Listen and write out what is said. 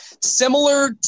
similar